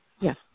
Yes